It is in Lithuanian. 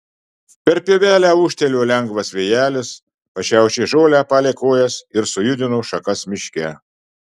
per pievelę ūžtelėjo lengvas vėjelis pašiaušė žolę palei kojas ir sujudino šakas miške